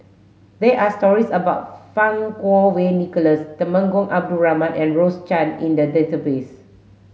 there are stories about Fang Kuo Wei Nicholas Temenggong Abdul Rahman and Rose Chan in the database